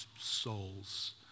souls